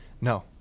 No